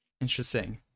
Interesting